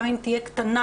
גם אם תהיה קטנה,